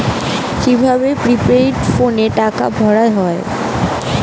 কি ভাবে প্রিপেইড ফোনে টাকা ভরা হয়?